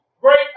great